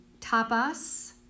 Tapas